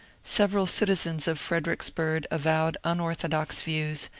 several citizens of freder icksburg avowed unorthodox views,